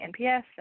NPS